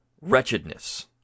wretchedness